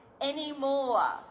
anymore